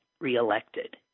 reelected